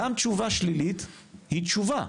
גם תשובה שלילית היא תשובה.